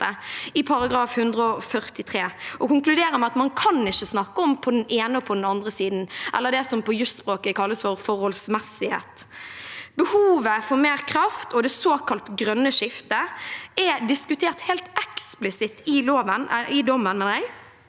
143 og konkluderer med at man ikke kan snakke om på den ene og på den andre siden, eller det som på jusspråket kalles forholdsmessighet. Behovet for mer kraft og det såkalte grønne skiftet er diskutert helt eksplisitt i dommen, og